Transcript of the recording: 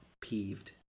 peeved